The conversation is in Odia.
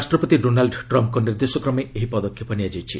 ରାଷ୍ଟ୍ରପତି ଡୋନାଲ୍ଡ୍ ଟ୍ରମ୍ଫ୍ଙ୍କ ନିର୍ଦ୍ଦେଶକ୍ରମେ ଏହି ପଦକ୍ଷେପ ନିଆଯାଇଛି